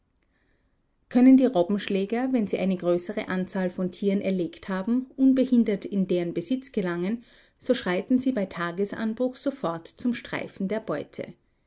können die robbenschläger wenn sie eine größere anzahl von tieren erlegt haben unbehindert in deren besitz gelangen so schreiten sie bei tagesanbruch sofort zum streifen der beute